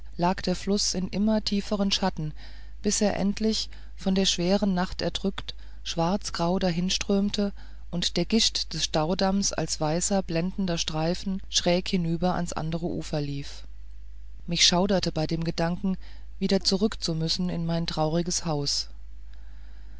lag der fluß in immer tieferen schatten bis er endlich von der schweren nacht erdrückt schwarzgrau dahinströmte und der gischt des staudamms als weißer blendender streifen schräg hinüber zum andern ufer lief mich schauderte bei dem gedanken wieder zurück zu müssen in mein trauriges haus